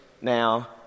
now